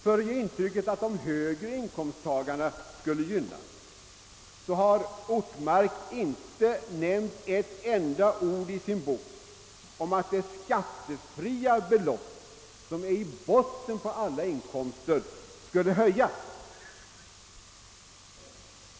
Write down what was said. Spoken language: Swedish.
För att ge intrycket att de högre inkomsttagarna skulle gynnas har Ortmark inte nämnt ett enda ord i sin bok om att det skattefria beloppet, som ligger i botten på alla inkomster, skulle höjas.